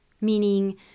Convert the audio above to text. meaning